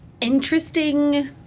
interesting